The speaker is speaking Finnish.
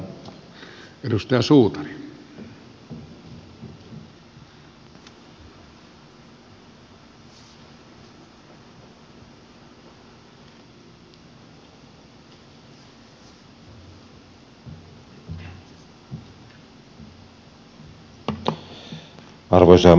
arvoisa herra puhemies